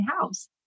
house